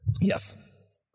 Yes